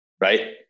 right